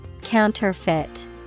Counterfeit